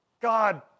God